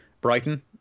Brighton